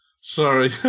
Sorry